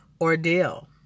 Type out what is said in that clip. ordeal